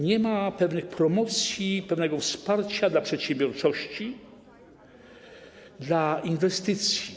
Nie ma także pewnej promocji, pewnego wsparcia dla przedsiębiorczości, dla inwestycji.